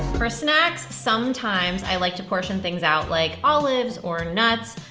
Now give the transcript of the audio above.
for snacks, sometimes i like to portion things out like olives or nuts,